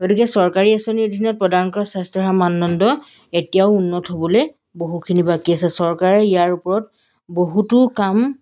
গতিকে চৰকাৰী আঁচনিৰ অধীনত প্ৰদান কৰা স্বাস্থ্যসেৱা মানদণ্ড এতিয়াও উন্নত হ'বলৈ বহুখিনি বাকী আছে চৰকাৰে ইয়াৰ ওপৰত বহুতো কাম